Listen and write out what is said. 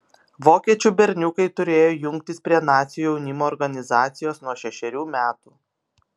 vokiečių berniukai turėjo jungtis prie nacių jaunimo organizacijos nuo šešerių metų